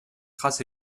grâce